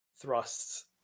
thrusts